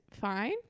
fine